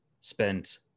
spent